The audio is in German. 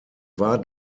war